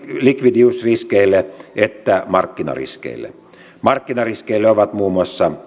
likvidiysriskeille että markkinariskeille markkinariskejä ovat muun muassa